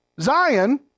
Zion